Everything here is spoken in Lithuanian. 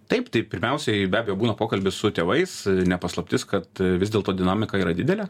taip tai pirmiausiai be abejo būna pokalbis su tėvais ne paslaptis kad vis dėlto dinamika yra didelė